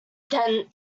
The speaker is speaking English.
then